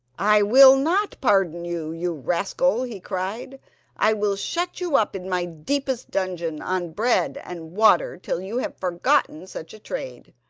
i will not pardon you, you rascal he cried i will shut you up in my deepest dungeon on bread and water till you have forgotten such a trade.